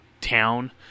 town